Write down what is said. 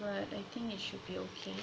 but I think it should be okay